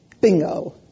bingo